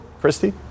Christy